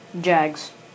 Jags